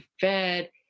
fed